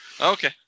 Okay